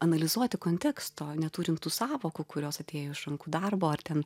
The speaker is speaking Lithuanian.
analizuoti konteksto neturint tų sąvokų kurios atėjo iš rankų darbo ar ten